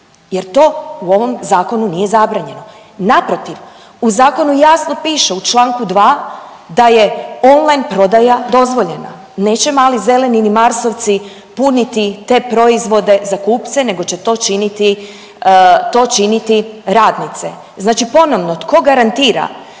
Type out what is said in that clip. jer to u ovom zakonu nije zabranjeno, naprotiv u zakonu jasno piše u čl. 2. da je online prodaja dozvoljena. Neće mali zeleni ni marsovci puniti te proizvode za kupce nego će to činiti, to činiti radnice. Znači ponovno, tko garantira